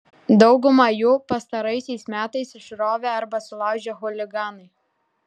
daugumą jų pastaraisiais metais išrovė arba sulaužė chuliganai